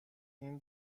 این